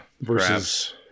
versus